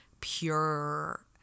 pure